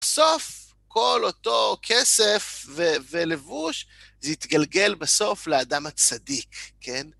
בסוף כל אותו כסף ולבוש, זה יתגלגל בסוף לאדם הצדיק, כן?